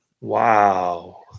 Wow